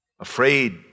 afraid